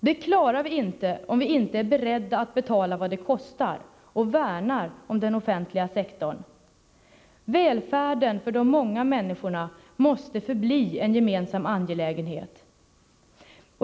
Det klarar vi inte om vi inte är beredda att betala vad det kostar och värnar om den offentliga sektorn. Välfärden för de många människorna måste förbli en gemensam angelägenhet.